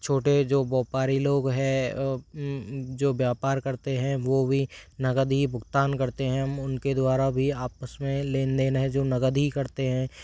छोटे जो व्यापारी लोग है जो व्यापार करते हैं वह भी नगद ही भुगतान करते हैं हम उनके द्वारा भी आपस में लेन देन है जो नगद ही करते हैं